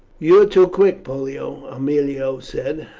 you are too quick, pollio, aemilia said.